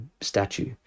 statue